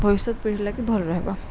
ଭବିଷ୍ୟତ୍ ପିଢ଼ି ଲାଗି ଭଲ୍ ରହେବା